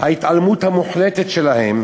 ההתעלמות המוחלטת שלהם